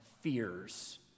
fears